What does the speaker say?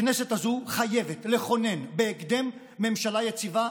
הכנסת הזו חייבת לכונן בהקדם ממשלה יציבה,